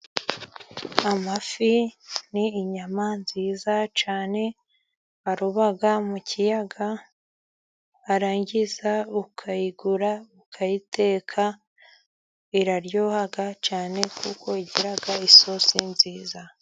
Amafi ni inyama nziza cyane baroba mu kiyaga, barangiza bakayigura, bakayiteka. Iraryoha cyane kuko igira isosi nziza.